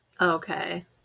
okay